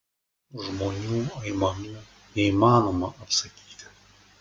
žmonių aimanų neįmanoma apsakyti